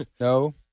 No